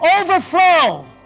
Overflow